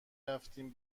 رفتیم